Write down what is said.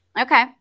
Okay